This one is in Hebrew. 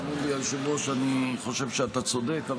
אדוני היושב-ראש, אני חושב שאתה צודק,